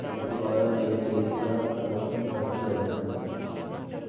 కిందటి వారం నేను చేసిన మొత్తం ఖర్చు ఎంత